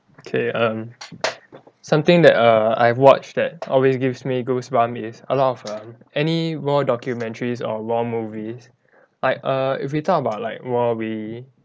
okay um something that err I've watched that always gives me goosebumps is a lot err any war documentaries or war movies like err if we talk about like war we